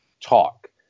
talk